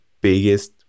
biggest